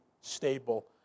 stable